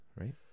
right